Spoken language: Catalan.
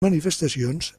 manifestacions